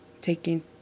taking